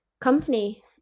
company